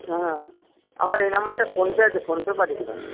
হ্যাঁ আমার এই নাম্বারটায় ফোনপে আছে ফোনপে পাঠিয়ে দেবেন